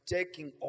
taking